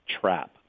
trap